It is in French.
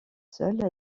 seule